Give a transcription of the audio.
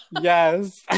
Yes